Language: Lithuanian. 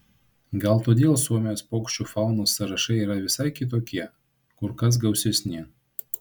gal todėl suomijos paukščių faunos sąrašai yra visai kitokie kur kas gausesni